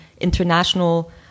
international